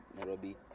Nairobi